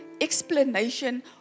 explanation